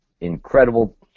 incredible